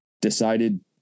decided